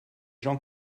gens